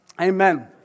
Amen